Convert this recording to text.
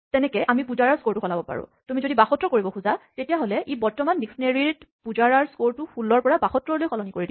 তেনেকে আমি পুজাৰাৰ স্ক'ৰটো সলাব পাৰো তুমি যদি ৭২ কৰিব খোজা তেতিয়াহ'লে ই বৰ্তমানৰ ডিস্কনেৰীঅভিধানত পুজাৰাৰ স্ক'ৰটো ১৬ৰ পৰা ৭২ লৈ সলনি কৰি দিব